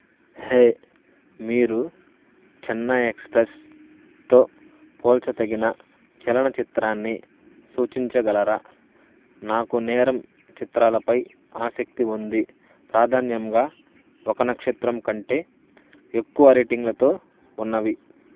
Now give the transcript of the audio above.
హే మీరు చెన్నై ఎక్స్ప్రెస్తో పోల్చదగిన చలన చిత్రాన్ని సూచించగలరా నాకు నేరం చిత్రాలపై ఆసక్తి ఉంది ప్రాధాన్యంగా ఒక నక్షత్రం కంటే ఎక్కువ రేటింగ్లతో ఉన్నవి